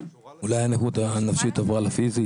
אולי הנכות הנפשית עברה לפיזית.